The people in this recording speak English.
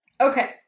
Okay